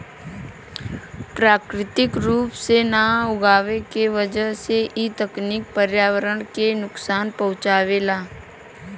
प्राकृतिक रूप से ना उगवले के वजह से इ तकनीकी पर्यावरण के नुकसान पहुँचावेला